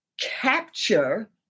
capture